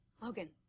Logan